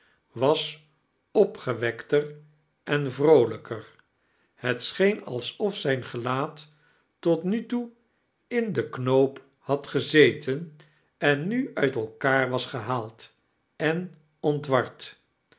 was opgewekter en vrooliijker het soheea alsof zijn gelaat tot nu toe in den knoop had gezeten en nu uit elkaar was gehaald en